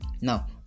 now